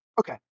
Okay